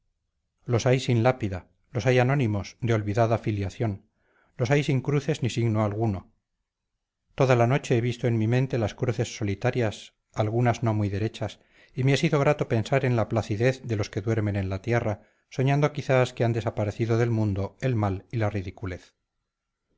los hay sin lápida los hay anónimos de olvidada filiación los hay sin cruces ni signo alguno toda la noche he visto en mi mente las cruces solitarias algunas no muy derechas y me ha sido grato pensar en la placidez de los que duermen en la tierra soñando quizás que han desaparecido del mundo el mal y la ridiculez